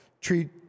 treat